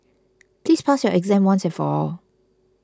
please pass your exam once and for all